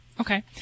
okay